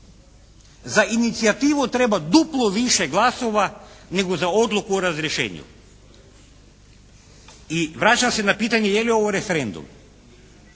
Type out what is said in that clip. Za inicijativu treba duplo više glasova nego za odluku o razrješenju. I vraćam se na pitanje je li ovo referendum?